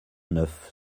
neuf